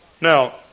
Now